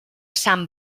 sant